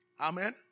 Amen